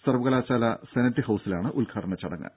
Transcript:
സർവ്വകലാശാല സെനറ്റ് ഹൌസിലാണ് ഉദ്ഘാടന ചടങ്ങ്